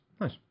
nice